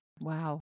Wow